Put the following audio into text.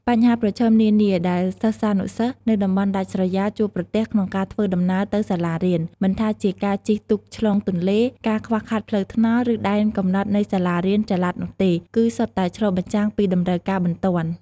បញ្ហាប្រឈមនានាដែលសិស្សានុសិស្សនៅតំបន់ដាច់ស្រយាលជួបប្រទះក្នុងការធ្វើដំណើរទៅសាលារៀន មិនថាជាការជិះទូកឆ្លងទន្លេ ការខ្វះខាតផ្លូវថ្នល់ ឬដែនកំណត់នៃសាលារៀនចល័តនោះទេ គឺសុទ្ធតែឆ្លុះបញ្ចាំងពីតម្រូវការបន្ទាន់។